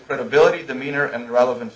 credibility demeanor and relevan